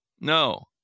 No